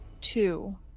two